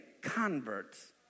converts